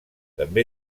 també